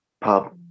pub